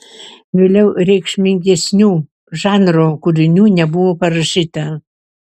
vėliau reikšmingesnių žanro kūrinių nebuvo parašyta